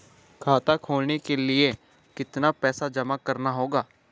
खाता खोलने के लिये कितना पैसा जमा करना होगा?